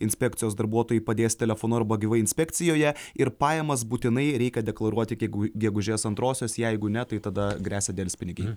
inspekcijos darbuotojai padės telefonu arba gyvai inspekcijoje ir pajamas būtinai reikia deklaruot iki gegužės antrosios jeigu ne tai tada gresia delspinigiai